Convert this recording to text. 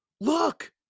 Look